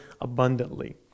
abundantly